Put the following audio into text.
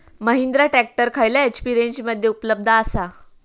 Mahindra tractor खयल्या HP रेंजमध्ये उपलब्ध आसा?